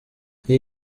iyi